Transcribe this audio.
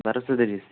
ବାରଶହ ତିରିଶ